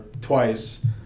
twice